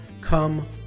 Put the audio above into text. Come